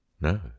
no